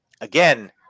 Again